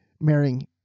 marrying